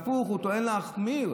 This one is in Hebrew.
הפוך, הוא טוען להחמיר.